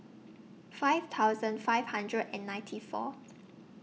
five thousand five hundred and ninety Fourth